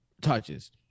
touches